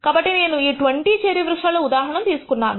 కాబట్టి నేను ఈ 20 చెర్రీ వృక్షాల ఉదాహరణను తీసుకున్నాను